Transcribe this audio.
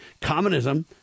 communism